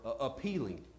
appealing